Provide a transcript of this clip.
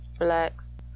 Relax